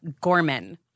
Gorman